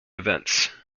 events